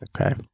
Okay